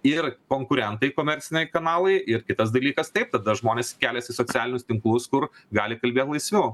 ir konkurentai komerciniai kanalai ir kitas dalykas taip tada žmonės keliasi į socialinius tinklus kur gali kalbėt laisviau